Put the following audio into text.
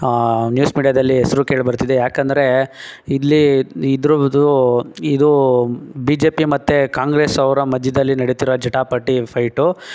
news ಮೀಡ್ಯಾದಲ್ಲಿ ಹೆಸ್ರು ಕೇಳಿಬರ್ತಿದೆ ಯಾಕಂದರೆ ಇಲ್ಲಿಇದ್ರದ್ದು ಇದು ಬಿ ಜೆ ಪಿ ಮತ್ತು ಕಾಂಗ್ರೆಸವರ ಮಧ್ಯದಲ್ಲಿ ನಡಿತಿರೋ ಜಟಾಪಟಿ ಫೈಟು